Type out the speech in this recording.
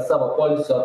savo poilsio